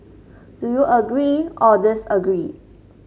do you agree or disagree